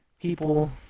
People